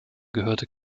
gehörte